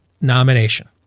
nomination